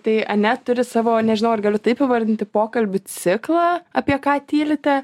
tai ane turi savo nežinau ar galiu taip įvardinti pokalbių ciklą apie ką tylite